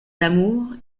d’amour